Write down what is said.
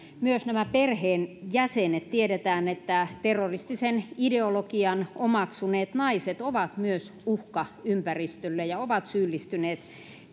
myös nämä perheenjäsenet tiedetään että terroristisen ideologian omaksuneet naiset ovat myös uhka ympäristölle ja ovat syyllistyneet